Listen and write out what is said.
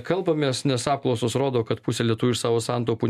kalbamės nes apklausos rodo kad pusė lietuvių iš savo santaupų